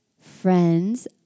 friends